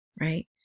right